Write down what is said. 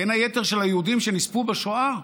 בין היתר של היהודים שנספו בשואה,